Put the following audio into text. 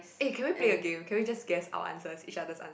eh can we play a game can we just guess our answers each other's answers